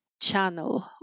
channel